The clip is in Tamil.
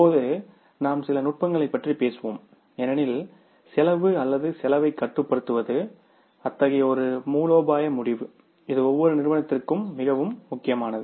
இப்போது நாம் சில செலவு நுட்பங்களைப் பற்றி பேசுவோம் ஏனெனில் செலவு அல்லது செலவைக் கட்டுப்படுத்துவது அத்தகைய ஒரு மூலோபாய முடிவு இது ஒவ்வொரு நிறுவனத்திற்கும் மிகவும் முக்கியமானது